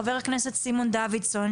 ח"כ סימון דוידסון,